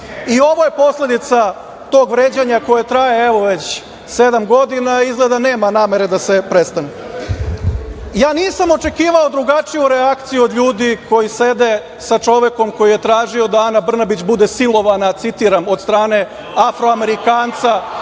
Ovo je posledica tog vređanja koje traje evo već sedam godina a izgleda da nema namere da se prestane. Ja nisam očekivao drugačiju reakciju od ljudi koji sede sa čovekom koji je tražio da Ana Brnabić bude silovana, citiram, "od strane Afro-amerikanca